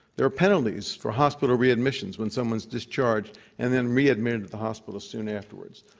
there are penalties for hospital readmissions when someone's dischargedand and then readmitted to the hospital soon afterwards.